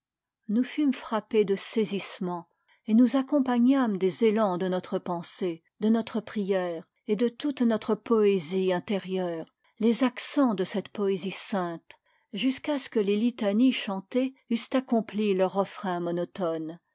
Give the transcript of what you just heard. nous fûmes frappés de saisissement et nous accompagnâmes des élans de notre pensée de notre prière et de toute notre poésie intérieure les accens de cette poésie sainte jusqu'à ce que les litanies chantées eussent accompli leur refrain monotone